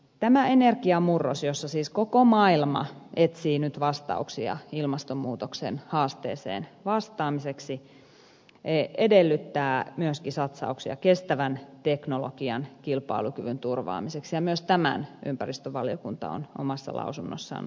tämä energiamurros jossa siis koko maailma etsii nyt vastauksia ilmastonmuutoksen haasteeseen vastaamiseksi edellyttää myöskin satsauksia kestävän teknologian kilpailukyvyn turvaamiseksi ja myös tämän ympäristövaliokunta on omassa lausunnossaan nostanut esille